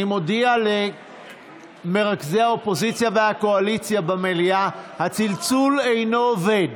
אני מודיע למרכזי האופוזיציה והקואליציה במליאה: הצלצול אינו עובד,